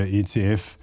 etf